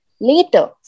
later